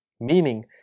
Meaning